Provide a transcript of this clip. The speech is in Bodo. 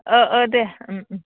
दे